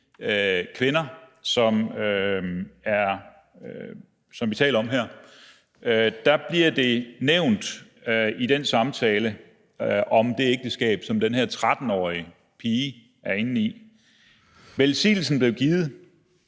kvinder, som vi taler om her. I den samtale om det ægteskab, som den her 13-årige pige er i, bliver det nævnt: Velsignelsen blev givet.